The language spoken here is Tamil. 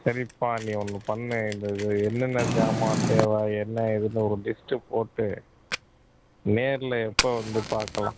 சரிப்பா நீ ஒன்று பண்ணு இந்த இது என்னென்ன சாமான் தேவை என்ன ஏதுன்னு ஒரு லிஸ்ட்டு போட்டு நேர்ல எப்போ வந்து பார்க்கலாம்